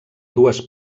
dues